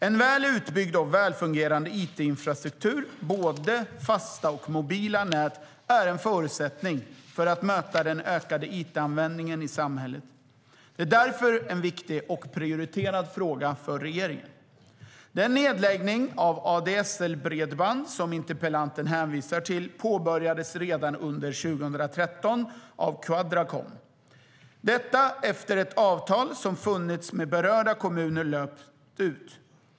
En väl utbyggd och välfungerande it-infrastruktur med både fasta och mobila nät är en förutsättning för att möta den ökade it-användningen i samhället. Det är därför en viktig och prioriterad fråga för regeringen. Den nedläggning av ADSL-bredband som interpellanten hänvisar till påbörjades redan under 2013 av Quadracom efter att avtal som funnits med berörda kommuner löpt ut.